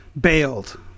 bailed